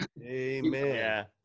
Amen